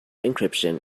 encryption